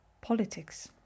politics